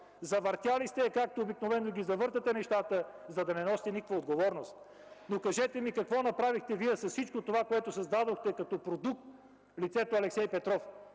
Завъртели сте я, както обикновено ги завъртате нещата, за да не носите никаква отговорност. Кажете ми какво направихте Вие с всичко това, което създадохте като продукт – лицето Алексей Петров?